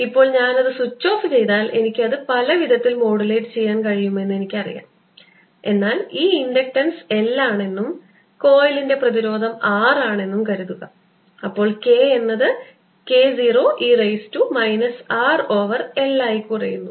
ഇപ്പോൾ ഞാൻ അത് സ്വിച്ച് ഓഫ് ചെയ്താൽ എനിക്ക് അത് പല വിധത്തിൽ മോഡുലേറ്റ് ചെയ്യാൻ കഴിയുമെന്നറിയാം എന്നാൽ ഈ ഇൻഡക്ടൻസ് L ആണെന്നും കോയിലിന്റെ പ്രതിരോധം R ആണെന്നും കരുതുക അപ്പോൾ K എന്നത് K 0 e raise to minus R over L ആയി കുറയുന്നു